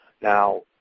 Now